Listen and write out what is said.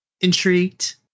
intrigued